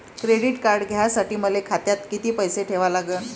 Credit card घ्यासाठी मले खात्यात किती पैसे ठेवा लागन?